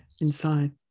inside